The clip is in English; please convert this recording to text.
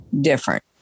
different